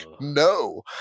no